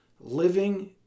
Living